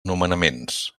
nomenaments